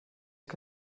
que